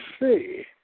see